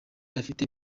afite